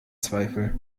zweifel